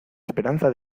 esperanza